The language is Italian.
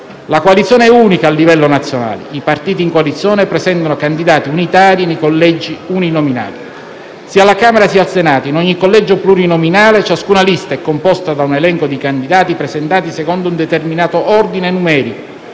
La coalizione è unica a livello nazionale. I partiti in coalizione presentano candidati unitari nei collegi uninominali. Sia alla Camera sia al Senato, in ogni collegio plurinominale, ciascuna lista è composta da un elenco di candidati, presentati secondo un determinato ordine numerico.